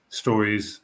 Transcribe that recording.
stories